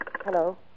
Hello